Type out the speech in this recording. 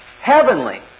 heavenly